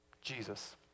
Jesus